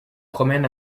promènent